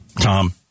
Tom